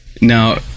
Now